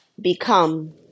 become